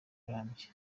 urambye